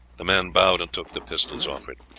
the man bowed and took the pistols offered.